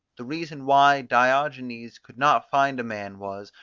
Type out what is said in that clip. the reason why diogenes could not find a man was,